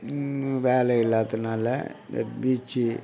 வேலை இல்லாததனால் இந்த பீச்சு